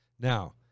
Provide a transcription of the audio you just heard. Now